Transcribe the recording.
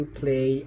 play